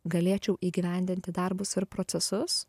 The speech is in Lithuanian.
galėčiau įgyvendinti darbus ir procesus